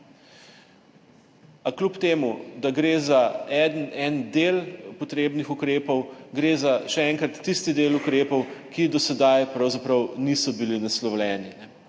A kljub temu, da gre za en del potrebnih ukrepov, gre za, še enkrat, tisti del ukrepov, ki do sedaj pravzaprav niso bili naslovljeni,